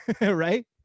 right